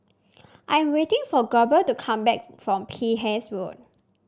I am waiting for Goebel to come back from Penhas Road